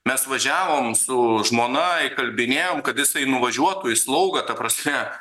mes važiavom su žmona įkalbinėjom kad jisai nuvažiuotų į slaugą ta prasme